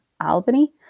Albany